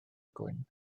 gwyn